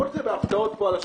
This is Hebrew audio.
הכול זה בהפתעות פה על השולחן.